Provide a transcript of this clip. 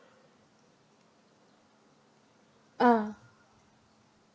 uh